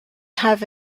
have